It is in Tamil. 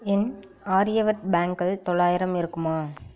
என் ஆரியவர்த் பேங்க்கில் தொள்ளாயிரம் இருக்குமா